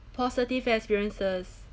positive experiences